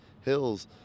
hills